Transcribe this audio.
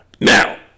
Now